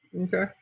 Okay